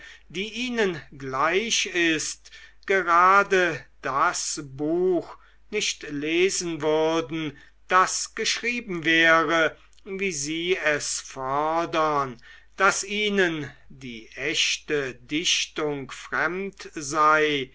die ihnen gleich ist gerade das buch nicht lesen würden das geschrieben wäre wie sie es fordern daß ihnen die echte dichtung fremd sei